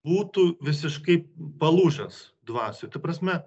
būtų visiškai palūžęs dvasioj ta prasme